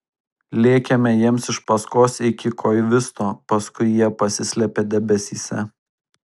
lėkėme jiems iš paskos iki koivisto paskui jie pasislėpė debesyse